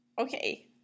Okay